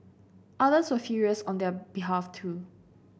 others were furious on their behalf too